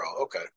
Okay